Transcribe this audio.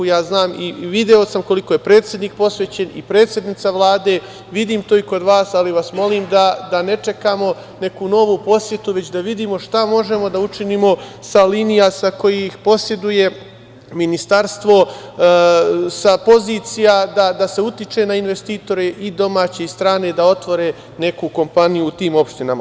Ja znam, i video sam koliko je predsednik posvećen i predsednica Vlade, vidim to i kod vas, ali vas molim da ne čekamo neku novu posetu, već da vidimo šta možemo da učinimo sa linija sa kojih poseduje ministarstvo, sa pozicija da se utiče na investitore i domaće i strane da otvore neku kompaniju u tim opštinama.